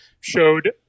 showed